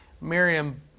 Miriam